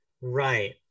Right